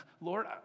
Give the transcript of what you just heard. Lord